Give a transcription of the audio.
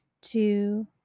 two